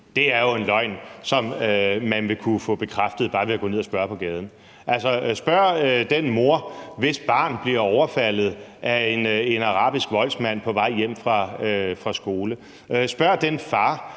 er jo en løgn, som man vil kunne få bekræftet bare ved at gå ned og spørge på gaden. Spørg den mor, hvis barn bliver overfaldet af en arabisk voldsmand på vej hjem fra skole. Spørg den far,